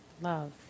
love